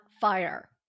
fire